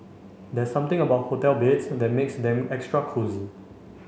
there's something about hotel beds that makes them extra cosy